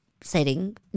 setting